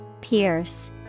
Pierce